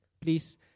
please